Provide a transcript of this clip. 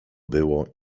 było